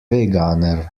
veganer